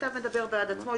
המכתב מדבר בעד עצמו.